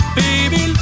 baby